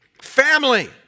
Family